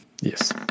Yes